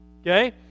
Okay